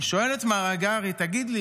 אני שואל את מר הגרי: תגיד לי,